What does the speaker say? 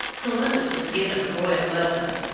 columbus was given a royal welcome.